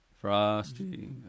Frosty